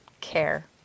care